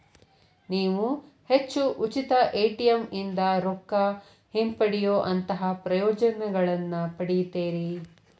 ನೇವು ಹೆಚ್ಚು ಉಚಿತ ಎ.ಟಿ.ಎಂ ಇಂದಾ ರೊಕ್ಕಾ ಹಿಂಪಡೆಯೊಅಂತಹಾ ಪ್ರಯೋಜನಗಳನ್ನ ಪಡಿತೇರಿ